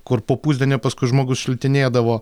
kur po pusdienio paskui žmogus šlitinėdavo